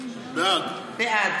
בעד